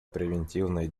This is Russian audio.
превентивной